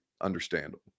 understandable